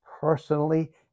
personally